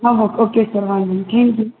હં હં okay sir વાંધો નહીં થેન્ક યુ